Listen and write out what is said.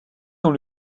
dans